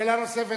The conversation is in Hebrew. שאלה נוספת,